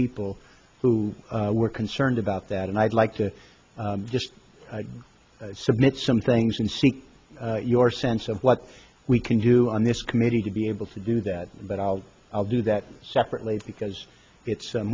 people who were concerned about that and i'd like to just submit some things and see your sense of what we can do on this committee to be able to do that but well i'll do that separately because it's